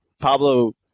Pablo